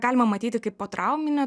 galima matyti kaip potrauminę